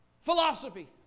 Philosophy